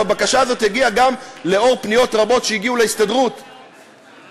הבקשה הזאת הגיעה גם לאור פניות רבות שהגיעו להסתדרות מתושבים,